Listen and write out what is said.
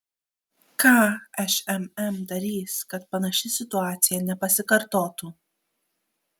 ką šmm darys kad panaši situacija nepasikartotų